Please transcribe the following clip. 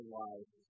life